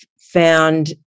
found